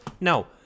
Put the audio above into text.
No